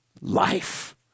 life